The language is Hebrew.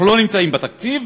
אנחנו לא נמצאים בתקציב,